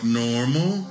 normal